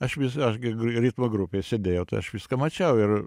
aš vis aš gi ritmo grupėj sėdėjau tai aš viską mačiau ir